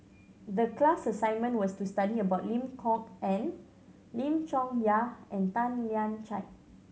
the class assignment was to study about Lim Kok Ann Lim Chong Yah and Tan Lian Chye